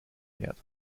wert